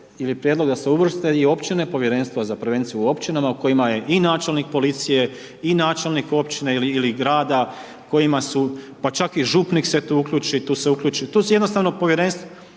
ili prijedlog da se uvrste i općine, povjerenstva za prevenciju u općinama u kojima je i načelnik policije i načelnik općine ili grada kojima su, pa čak i župnik se tu uključi, tu je uključi, tu se jednostavno povjerenstvo,